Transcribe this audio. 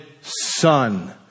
son